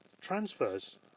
transfers